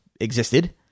existed